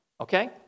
okay